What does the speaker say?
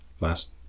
last